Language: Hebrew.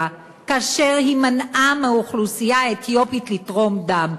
כאשר היא מנעה מהאוכלוסייה האתיופית לתרום דם.